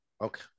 okay